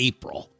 April